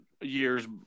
years